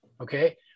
Okay